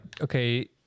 okay